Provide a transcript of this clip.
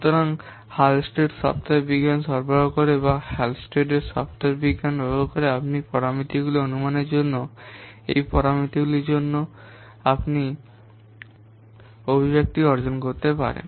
সুতরাং Halstead software বিজ্ঞান সরবরাহ করে বা হালসটেড সফ্টওয়্যার বিজ্ঞান ব্যবহার করে আপনি এই পরামিতিগুলির অনুমানের জন্য অভিব্যক্তি অর্জন করতে পারেন